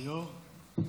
אדוני היושב-ראש,